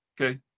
okay